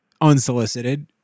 unsolicited